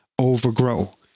overgrow